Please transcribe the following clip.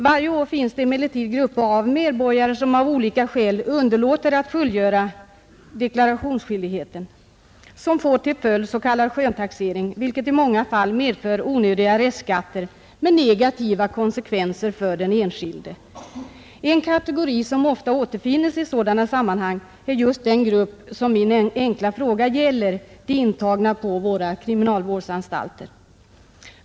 Varje år finns det emellertid grupper av medborgare som av olika skäl underlåter att fullgöra deklarationsskyldigheten. Detta får till följd s.k. skönstaxering, vilken i många fall medför onödiga restskatter med negativa konsekvenser för den enskilde. En kategori som ofta återfinnes i sådana sammanhang är just den som min enkla fråga gäller — de intagna på våra kriminalvårdsanstalter.